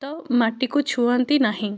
ତ ମାଟିକୁ ଛୁଅନ୍ତି ନାହିଁ